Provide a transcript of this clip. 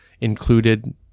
included